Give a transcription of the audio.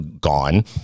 gone